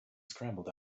scrambled